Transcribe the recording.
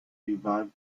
revive